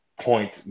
point